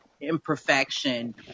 imperfection